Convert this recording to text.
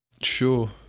Sure